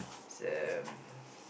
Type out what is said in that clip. same